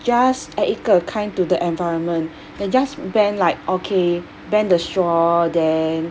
just act 一个 kind to the environment and just ban like okay ban the straw then